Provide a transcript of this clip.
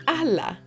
alla